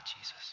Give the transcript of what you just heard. Jesus